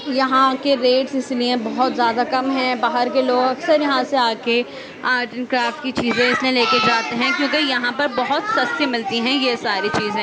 یہاں کے ریٹس اس لیے بہت زیادہ کم ہیں باہر کے لوگ اکثر یہاں سے آ کے آرٹ اینڈ کرافٹ کی چیزیں اس لیے لے کے جاتے ہیں کیونکہ یہاں پر بہت سستی ملتی ہیں یہ ساری چیزیں